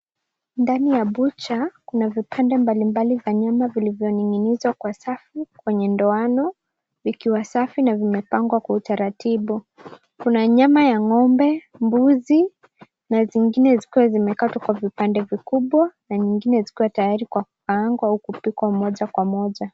Ndani ya bucha kuna vipande mbalimbali vya nyama vilivyoning'inizwa kwa safu kwenye ndoana vikiwa safi na vimepangwa kwa utaratibu. Kuna nyama ya ngombe, mbuzi na zingine zikiwa zimekatwa kwa vipande vikubwa na nyingine zikiwa tayari kwa kukaangwa au kupikwa moja kwa moja.